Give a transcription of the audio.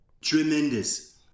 Tremendous